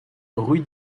rue